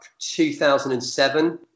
2007